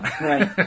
Right